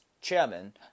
chairman